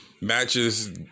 matches